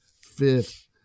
fifth